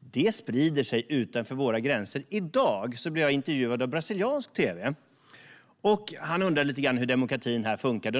det sprider sig utanför våra gränser. I dag blev jag intervjuad av brasiliansk tv. Han undrade lite grann hur demokratin här funkade.